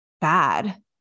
bad